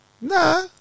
Nah